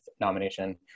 nomination